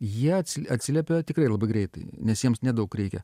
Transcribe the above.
jie atsiliepia tikrai labai greitai nes jiems nedaug reikia